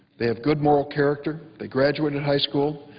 they have good moral character. they graduated high school.